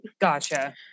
Gotcha